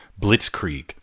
Blitzkrieg